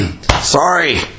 Sorry